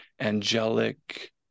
angelic